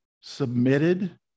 submitted